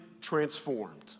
transformed